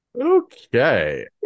okay